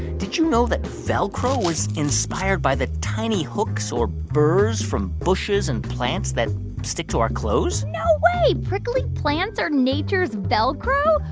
did you know that velcro was inspired by the tiny hooks or burrs from bushes and plants that stick to our clothes? no way, prickly plants are nature's velcro?